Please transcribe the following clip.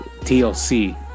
TLC